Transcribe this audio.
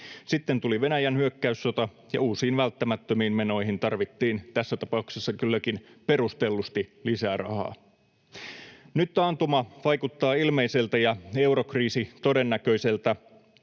Sitten tuli Venäjän hyökkäyssota, ja uusiin välttämättömiin menoihin tarvittiin — tässä tapauksessa kylläkin perustellusti — lisärahaa. Nyt taantuma vaikuttaa ilmeiseltä ja eurokriisi todennäköiseltä.